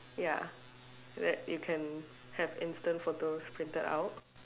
ya that you can have instant photos printed out